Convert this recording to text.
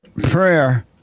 prayer